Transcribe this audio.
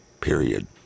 period